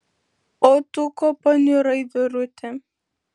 o tu ko paniurai vyruti